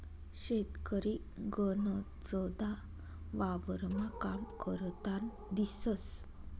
शेतकरी गनचदा वावरमा काम करतान दिसंस